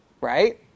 right